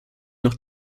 noch